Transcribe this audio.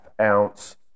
ounce